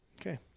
Okay